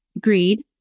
greed